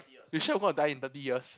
you sure you're going to die in thirty years